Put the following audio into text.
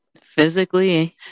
Physically